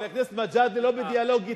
חבר הכנסת מג'אדלה לא בדיאלוג אתו.